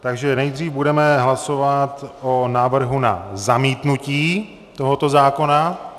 Takže nejdřív budeme hlasovat o návrhu na zamítnutí tohoto zákona.